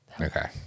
Okay